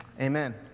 Amen